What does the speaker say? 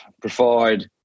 provide